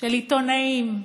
של עיתונאים,